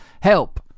help